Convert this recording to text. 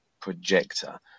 projector